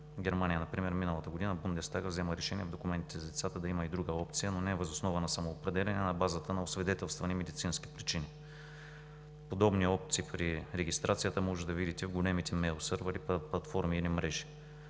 Германия например миналата година Бундестагът взема решение в документите за децата да има и друга опция, но не въз основа на самоопределяне, а на базата на освидетелствани медицински причини. Подобни опции при регистрацията можете да видите в големите мейл сървъри, платформи или мрежи.